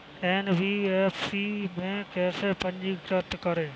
NBFC में कैसे पंजीकृत करें?